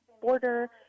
border